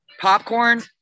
popcorn